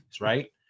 Right